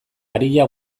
aria